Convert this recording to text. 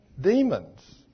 Demons